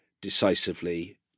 decisively